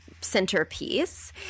centerpiece